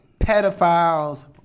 Pedophiles